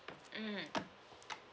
mmhmm